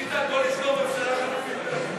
הצעת ועדת הכנסת לבחור את חברת הכנסת טלי